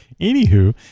anywho